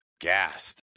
Gassed